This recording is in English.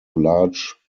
large